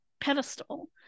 pedestal